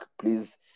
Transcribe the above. please